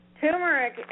turmeric